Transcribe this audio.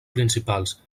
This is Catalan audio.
principals